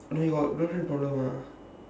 no he got no other problem ah